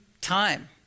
time